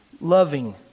loving